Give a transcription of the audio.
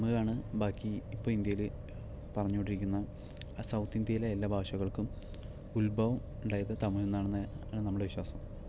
തമിഴാണ് ബാക്കി ഇപ്പോൾ ഇന്ത്യയിൽ പറഞ്ഞുകൊണ്ടിരിക്കുന്ന ആ സൗത്ത് ഇന്ത്യയിലെ എല്ലാ ഭാഷകൾക്കും ഉത്ഭവം ഉണ്ടായത് തമിഴിൽ നിന്നാണെന്ന് ആണ് നമ്മുടെ വിശ്വാസം